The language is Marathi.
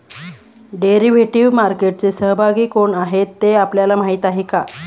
डेरिव्हेटिव्ह मार्केटचे सहभागी कोण आहेत हे आपल्याला माहित आहे का?